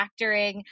factoring